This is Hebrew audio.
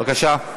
בבקשה.